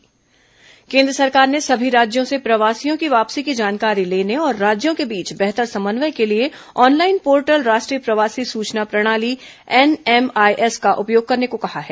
corona प्रवासी कामगार portal केन्द्र सरकार ने सभी राज्यों से प्रवासियों की वापसी की जानकारी लेने और राज्यों के बीच बेहतर समन्वय के लिये ऑनलाइन पोर्टल राष्ट्रीय प्रवासी सूचना प्रणाली एनएमआईएस का उपयोग करने को कहा है